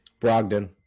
Brogdon